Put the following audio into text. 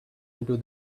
into